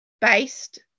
based